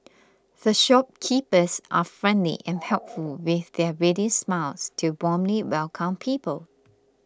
the shopkeepers are friendly and helpful with their ready smiles to warmly welcome people